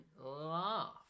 laugh